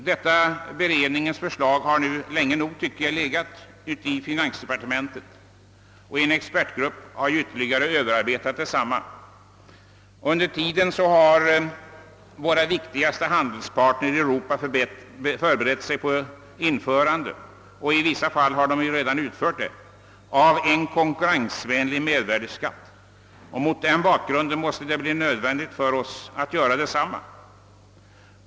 Detta beredningens förslag har nu länge nog legat i finansdepartementet, och en expertgrupp har ytterligare överarbetat detsamma. Under tiden har våra viktigaste handelspartner i Europa förberett sig på ett införande — i vissa fall har de redan gjort det — av en konkurrensvänlig mervärdeskatt. Mot denna bakgrund måste det bli nödvändigt för oss att göra detsamma.